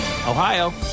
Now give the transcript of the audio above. Ohio